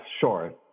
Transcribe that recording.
sure